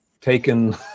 taken